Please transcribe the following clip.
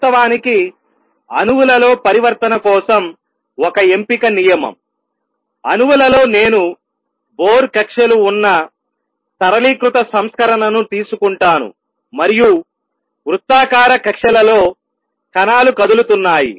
వాస్తవానికి అణువులలో పరివర్తన కోసం ఒక ఎంపిక నియమంఅణువులలో నేను బోర్ కక్ష్యలు ఉన్న సరళీకృత సంస్కరణను తీసుకుంటాను మరియు వృత్తాకార కక్ష్యలలో కణాలు కదులుతున్నాయి